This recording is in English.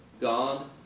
God